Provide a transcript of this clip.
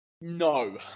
no